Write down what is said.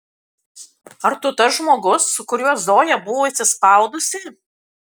ar tu tas žmogus su kuriuo zoja buvo įsispaudusi